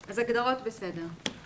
אם כן, ההגדרות בסדר.